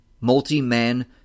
multi-man